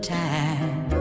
time